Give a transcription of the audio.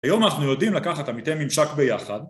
היום אנחנו יודעים לקחת עמיתי ממשק ביחד